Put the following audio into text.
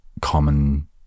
common